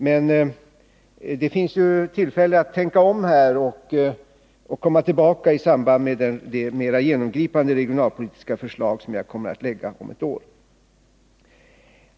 Men det finns ju tillfälle att tänka om här och komma tillbaka i samband med det mera genomgripande regionalpolitiska förslag som jag kommer att lägga fram om ett år.